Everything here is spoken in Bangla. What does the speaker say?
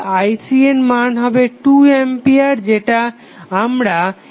i3 এর মান হবে 2 আম্পিয়ার যেটা আমরা এই মেশ থেকে দেখতে পাচ্ছি